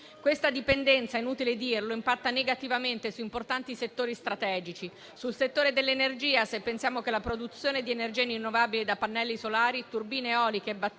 Questa dipendenza - è inutile dirlo - impatta negativamente su importanti settori strategici come il settore dell'energia, se pensiamo che la produzione di energia rinnovabile da pannelli solari, turbine eoliche e batterie